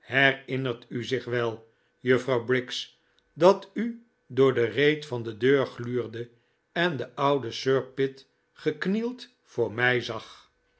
herinnert u zich wel juffrouw briggs dat u door de reet van de deur gluurde en den ouden sir pitt geknield voor mij zag